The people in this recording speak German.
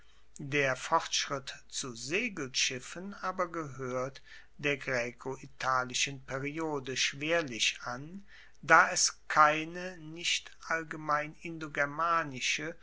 der fortschritt zu segelschiffen aber gehoert der graecoitalischen periode schwerlich an da es keine nicht allgemein